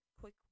quick